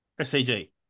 SCG